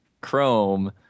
Chrome